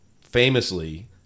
famously